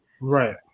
Right